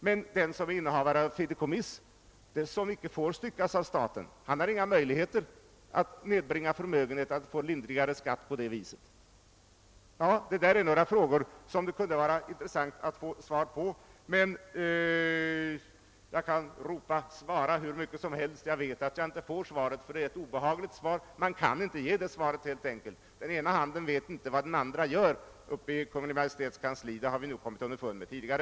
Men den som är innehavare av ett fideikommiss som inte får styckas har ingen möjlighet att nedbringa förmögenheten på det viset och få en lindrigare skatt. Detta är några frågor som det kunde vara intressant att få svar på, men jag kan ropa »Svara!» hur mycket som helst — jag vet att jag inte får något svar därför att det är obehagligt. Man kan inte ge det svaret, helt enkelt. Den ena handen vet inte vad den andra gör uppe i Kungl. Maj:ts kansli. Det har vi nog kommit underfund med tidigare.